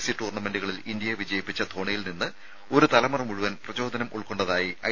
C ടൂർണ്ണമെന്റുകളിൽ ഇന്ത്യയെ വിജയിപ്പിച്ച ധോണിയിൽ നിന്ന് ഒരു തലമുറ മുഴുവൻ പ്രചോദനം ഉൾക്കൊണ്ടതായി ഐ